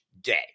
day